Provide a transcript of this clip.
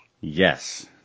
Yes